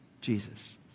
Jesus